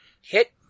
hit